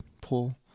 pull